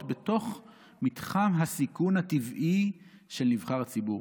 בתוך מתחם הסיכון הטבעי של נבחר ציבור.